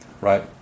right